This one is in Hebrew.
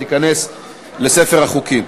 ותיכנס לספר החוקים.